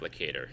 applicator